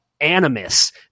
animus